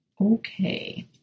Okay